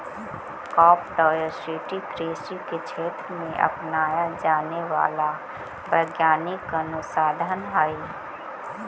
crop diversity कृषि के क्षेत्र में अपनाया जाने वाला वैज्ञानिक अनुसंधान हई